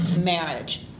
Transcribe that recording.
marriage